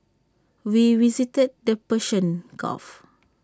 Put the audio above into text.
we visited the Persian gulf